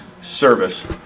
service